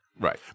Right